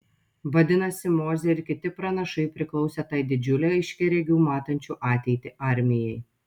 vadinasi mozė ir kiti pranašai priklausė tai didžiulei aiškiaregių matančių ateitį armijai